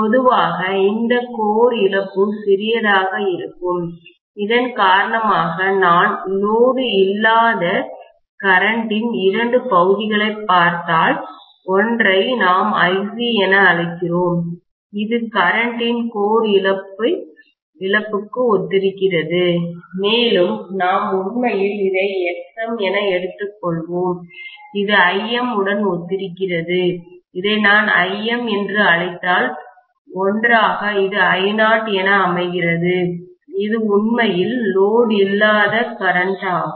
பொதுவாக இந்த கோர் இழப்பு சிறியதாக இருக்கும் இதன் காரணமாக நான் லோடு இல்லாத கரண்டின்மின்னோட்டத்தின் இரண்டு பகுதிகளைப் பார்த்தால் ஒன்றை நாம் IC என அழைக்கிறோம் இது கரண்டின்மின்னோட்டத்தின் கோர் இழப்புக்கு ஒத்திருக்கிறது மேலும் நாம் உண்மையில் இதை Xm என எடுத்துக் கொள்வோம் இது Im உடன் ஒத்திருக்கிறது இதை நான் Im என்று அழைத்தால் ஒன்றாக இது Io என அமைகிறது இது உண்மையில் லோடு இல்லாத கரண்ட்மின்னோட்டமாகும்